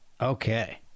Okay